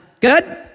Good